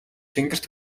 тэнгэрт